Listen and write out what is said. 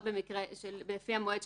זו סמכות טבועה.